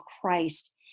Christ